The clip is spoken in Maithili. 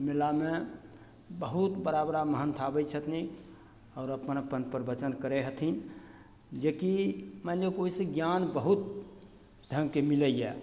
ओइ मेलामे बहुत बड़ा बड़ा महन्थ आबय छथिन आओर अपन अपन प्रवचन करय हथिन जे कि मानि लियौ ओइसँ ज्ञान बहुत ढङ्गके मिलइए